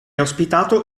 ospitato